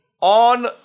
on